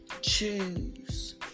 choose